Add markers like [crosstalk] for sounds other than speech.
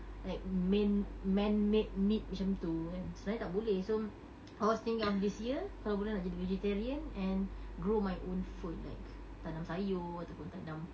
like man man-made meat macam tu kan sebenarnya tak boleh so [noise] I was thinking of this year kalau boleh nak jadi vegetarian and grow my own food like tanam sayur ataupun tanam